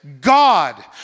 God